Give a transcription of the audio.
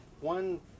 one